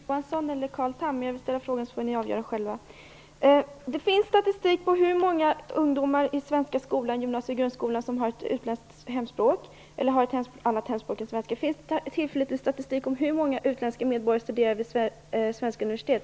Fru talman! Jag vet inte om jag skall vända mig till Ylva Johansson eller till Carl Tham. Jag ställer frågan, så får ni avgöra själva. Det finns statistik på hur många ungdomar i den svenska gymnasie och grundskolan som har ett utländskt hemspråk, eller har ett annat hemspråk än svenska. Finns det tillförlitlig statistik om hur många utländska medborgare som studerar vid svenska universitet?